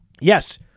Yes